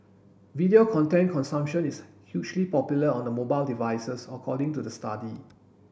video content consumption is hugely popular on the mobile devices according to the study